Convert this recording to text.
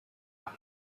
are